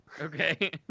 Okay